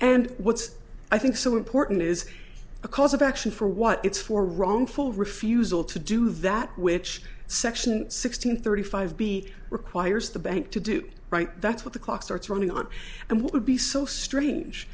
and what's i think so important is a cause of action for what it's for wrongful refusal to do that which section sixteen thirty five b requires the bank to do right that's what the clock starts running on and what would be so strange